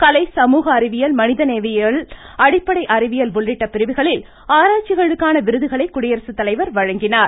கலை சமூக அறிவியல் மனிதநேயவியல் அடிப்படை அறிவியல் உள்ளிட்ட பிரிவுகளில் ஆராய்ச்சிகளுக்கான விருதுகளை குடியரசுத்தலைவர் வழங்கினார்